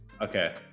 okay